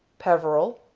peveril.